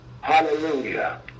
hallelujah